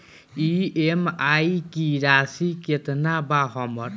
EMI की राशि केतना बा हमर?